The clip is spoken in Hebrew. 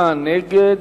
49 נגד,